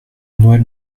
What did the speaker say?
noël